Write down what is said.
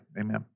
amen